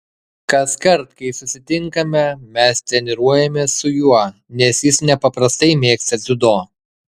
kaskart kai susitinkame mes treniruojamės su juo nes jis nepaprastai mėgsta dziudo